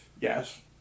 Yes